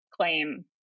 claim